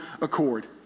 accord